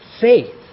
faith